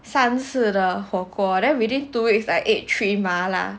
三次的火锅 then within two weeks I ate three 麻辣